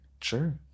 Sure